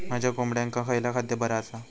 माझ्या कोंबड्यांका खयला खाद्य बरा आसा?